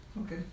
Okay